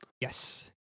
Yes